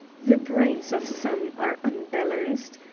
the brains of some are unbalanced.